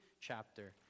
chapter